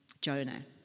Jonah